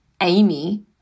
Amy